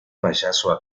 payaso